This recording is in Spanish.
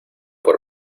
por